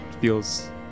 feels